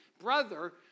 brother